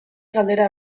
galdera